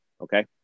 Okay